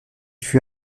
fut